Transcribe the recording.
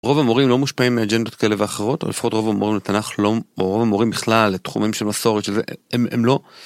רוב המורים לא מושפעים מאג'נדות כאלה ואחרות, או לפחות רוב המורים לתנ"ך לא, או רוב המורים בכלל לתחומים של מסורת של זה, הם הם לא...